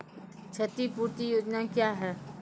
क्षतिपूरती योजना क्या हैं?